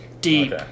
Deep